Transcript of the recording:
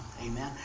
Amen